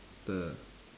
the